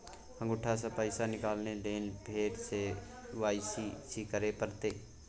अंगूठा स पैसा निकाले लेल फेर स के.वाई.सी करै परतै?